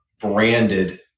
branded